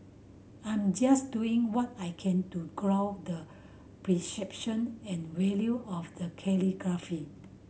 I'm just doing what I can to grow the perception and value of the calligraphy